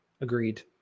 agreed